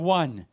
one